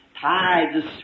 tides